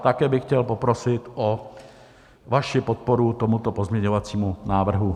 Také bych chtěl poprosit o vaši podporu tomuto pozměňovacímu návrhu.